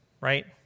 Right